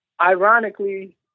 Ironically